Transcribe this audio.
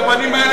הרבנים האלה,